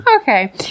Okay